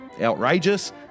outrageous